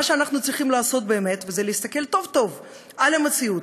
מה שאנחנו צריכים לעשות באמת זה להסתכל טוב-טוב על המציאות,